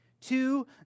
Two